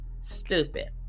Stupid